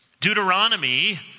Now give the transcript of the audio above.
Deuteronomy